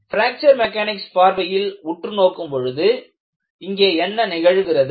fracture mechanics பார்வையில் உற்று நோக்கும் பொழுது இங்கே என்ன நிகழுகிறது